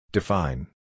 Define